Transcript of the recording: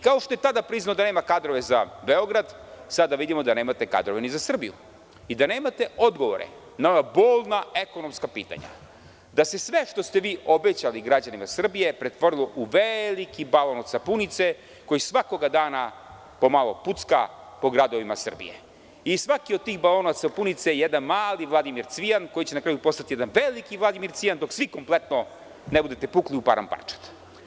Kao što je tada priznao da nema kadrove za Beograd, sada vidimo da nemate kadrove ni za Srbiju i da nemate odgovore na ova bolna ekonomska pitanja da se sve što ste vi obećali građanima Srbije pretvorilo u veliki balon od sapunice koji svakog dana pomalo pucka po gradovim Srbije i svaki od tih balona od sapunice je jedan mali Vladimir Cvijan, koji će na kraju postati jedan veliki Vladimir Cvijan, dok svi kompletno ne budete pukli u paran parčad.